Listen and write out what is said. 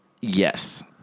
Yes